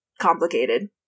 complicated